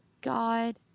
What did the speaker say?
God